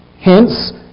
Hence